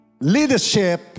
Leadership